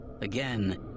Again